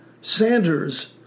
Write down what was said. Sanders